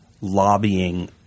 lobbying